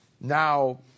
Now